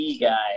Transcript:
guy